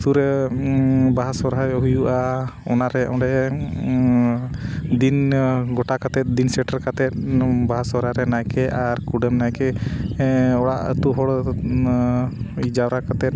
ᱟᱛᱳᱨᱮ ᱵᱟᱦᱟ ᱥᱚᱦᱨᱟᱭ ᱦᱩᱭᱩᱜᱼᱟ ᱚᱱᱟᱨᱮ ᱚᱸᱰᱮ ᱫᱤᱱ ᱜᱚᱴᱟ ᱠᱟᱛᱮᱫ ᱫᱤᱱ ᱥᱮᱴᱮᱨ ᱠᱟᱛᱮᱫ ᱵᱟᱦᱟ ᱥᱚᱦᱨᱟᱭ ᱨᱮ ᱱᱟᱭᱠᱮ ᱟᱨ ᱠᱩᱰᱟᱹᱢ ᱱᱟᱭᱠᱮ ᱚᱲᱟᱜ ᱟᱛᱳ ᱦᱚᱲ ᱡᱟᱣᱨᱟ ᱠᱟᱛᱮᱫ